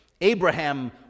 Abraham